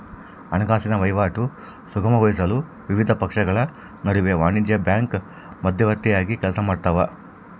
ಹಣಕಾಸಿನ ವಹಿವಾಟು ಸುಗಮಗೊಳಿಸಲು ವಿವಿಧ ಪಕ್ಷಗಳ ನಡುವೆ ವಾಣಿಜ್ಯ ಬ್ಯಾಂಕು ಮಧ್ಯವರ್ತಿಯಾಗಿ ಕೆಲಸಮಾಡ್ತವ